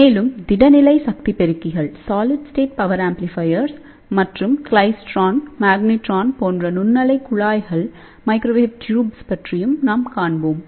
மேலும்திட நிலை சக்தி பெருக்கிகள் மற்றும் கிளைஸ்ட்ரான் மேக்னட்ரான் போன்ற நுண்ணலை குழாய்களைப் பற்றியும் நாம் காண்போம்